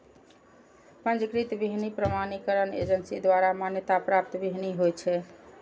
पंजीकृत बीहनि प्रमाणीकरण एजेंसी द्वारा मान्यता प्राप्त बीहनि होइ छै